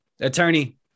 attorney